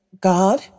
God